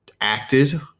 acted